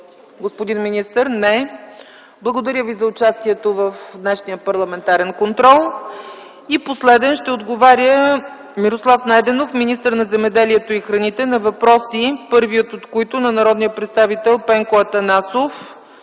ли дуплика? Не. Благодаря Ви за участието в днешния парламентарен контрол. Последен ще отговаря Мирослав Найденов – министър на земеделието и храните, на въпроси, първият от които е на народния представител Пенко Атанасов,